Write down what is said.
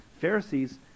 Pharisees